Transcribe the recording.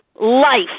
life